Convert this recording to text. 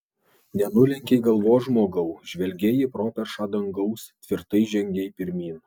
nenulenkei galvos žmogau žvelgei į properšą dangaus tvirtai žengei pirmyn